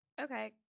okay